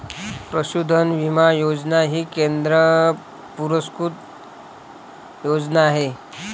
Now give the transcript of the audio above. पशुधन विमा योजना ही केंद्र पुरस्कृत योजना आहे